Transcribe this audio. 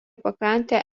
pakrantėje